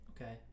okay